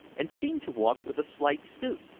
and seemed to walk with a slight stoop.